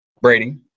Brady